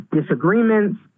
disagreements